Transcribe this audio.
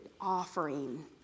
offering